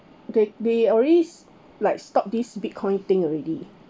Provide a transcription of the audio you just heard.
they they always like stop this bitcoin thing already